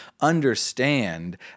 understand